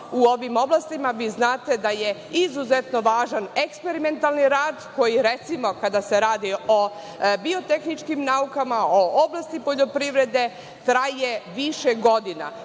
u ovim oblastima vi znate da je izuzetno važan eksperimentalan rad koji recimo kada se radi o biotehničkim naukama, o oblasti poljoprivrede traje više godina.